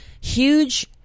huge